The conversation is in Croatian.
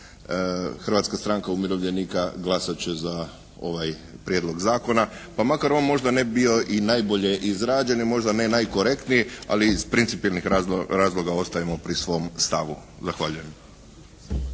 Hrvatska stranka umirovljenika glasat će za ovaj prijedlog zakona pa makar on možda ne bi bio i najbolje izrađen, možda ne najkorektniji, ali iz principijelnih razloga ostajemo pri svom stavu. Zahvaljujem.